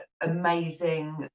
amazing